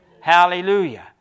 Hallelujah